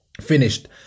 finished